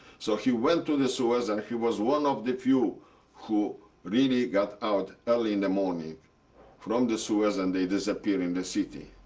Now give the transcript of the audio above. so he went to the sewers, and he was one of the few who really got out early in the morning from the sewers, and they disappeared in the city.